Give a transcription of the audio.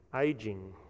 aging